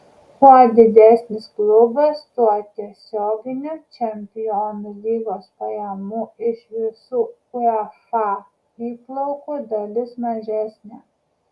kuo didesnis klubas tuo tiesioginių čempionų lygos pajamų iš visų uefa įplaukų dalis mažesnė